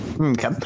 okay